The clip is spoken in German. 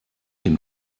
dem